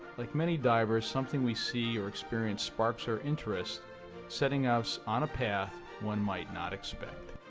like many divers something we see or experience sparks or interest setting us on a path one might not expect.